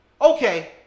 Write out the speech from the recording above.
Okay